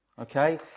Okay